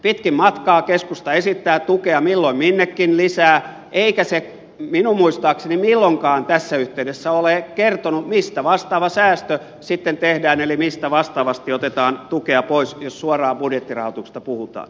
pitkin matkaa keskusta esittää tukea milloin minnekin lisää eikä se minun muistaakseni milloinkaan tässä yhteydessä ole kertonut mistä vastaava säästö sitten tehdään eli mistä vastaavasti otetaan tukea pois jos suoraan budjettirahoituksesta puhutaan